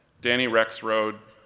danny rexrode,